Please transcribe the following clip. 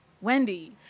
Wendy